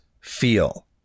feel